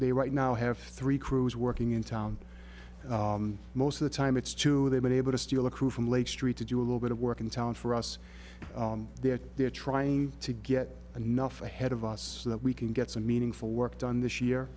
they right now have three crews working in town most of the time it's two they've been able to steal a crew from lake street to do a little bit of work in town for us there they're trying to get enough ahead of us so that we can get some meaningful work done this year